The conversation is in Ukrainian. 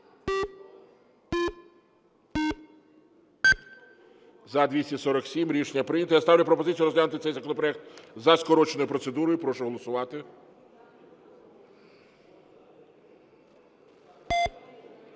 За-247 Рішення прийнято. Я ставлю пропозицію розглянути цей законопроект за скороченою процедурою. Прошу голосувати.